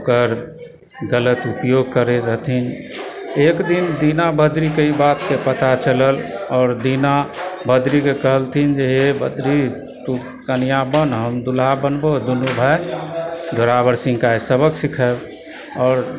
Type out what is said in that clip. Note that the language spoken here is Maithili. ओकर गलत उपयोग करय रहथिन एक दिन दीना बद्रीके ई बातके पता चलल आओर दीना बद्रीके कहलथिन हे बद्री तु कनिआ बन हम दुल्हा बनबओ दुनु भाय जोरावर सिंहके आइ सबक सिखायब आओर